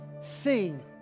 Sing